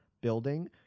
building